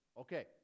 Okay